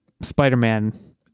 spider-man